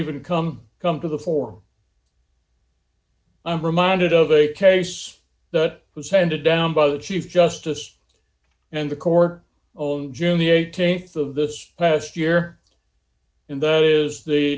even come come to the fore i'm reminded of a case that was handed down by the chief justice and the court own june the th of this past year and that is the